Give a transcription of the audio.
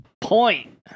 point